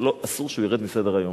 אסור שהוא ירד מסדר-היום,